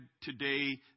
today